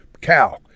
cow